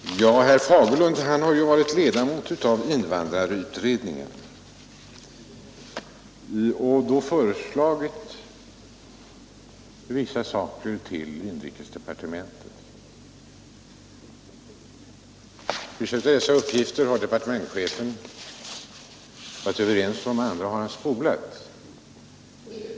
Herr talman! Herr Fagerlund har varit ledamot av invandrarutredningen och som sådan varit med om dess förslag till inrikesdepartementet. Vissa av förslagen har departementschefen tagit upp, andra har han ”spolat”.